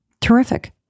Terrific